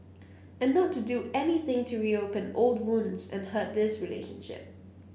and not to do anything to reopen old wounds and hurt this relationship